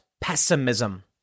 pessimism